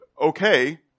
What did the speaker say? okay